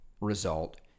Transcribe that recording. result